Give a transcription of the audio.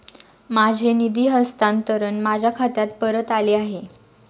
माझे निधी हस्तांतरण माझ्या खात्यात परत आले आहे